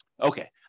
Okay